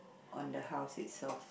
on the house itself